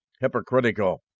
hypocritical